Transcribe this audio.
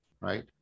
right